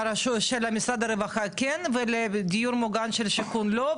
משרד הרווחה כן ולדיור מוגן של שיכון לא,